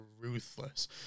ruthless